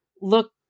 look